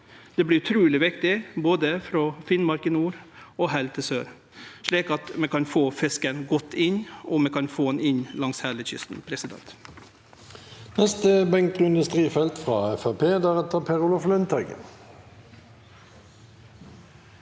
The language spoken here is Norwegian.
Det vert utruleg viktig, både frå Finnmark i nord og heilt til sør, slik at vi kan få fisken inn, og at vi kan få han inn langs heile kysten.